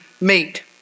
meet